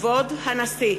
כבוד הנשיא!